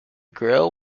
grille